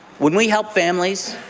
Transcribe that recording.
when we help families,